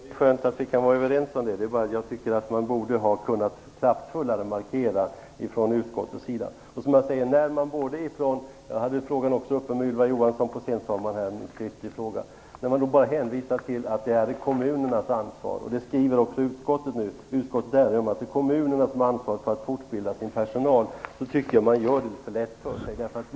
Fru talman! Det är skönt att vi kan vara överens om det. Det är bara det att jag tycker att utskottet borde ha kunnat markera kraftfullare. Jag tog också upp detta problem i en skriftlig fråga till Ylva Johansson på sensommaren. Men när man bara hänvisar till att detta är kommunernas ansvar, och det skriver också utskottet nu - utskottet erinrar om att det är kommunerna som har ansvaret för att fortbilda sin personal - tycker jag att man gör det litet för lätt för sig.